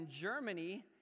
Germany